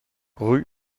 rue